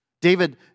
David